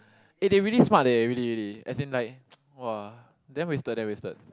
eh they really smart eh really really as in like !wah! damn wasted damn wasted